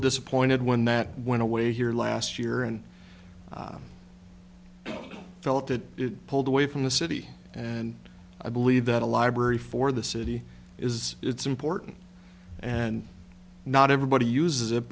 disappointed when that went away here last year and felt it pulled away from the city and i believe that a library for the city is it's important and not everybody uses it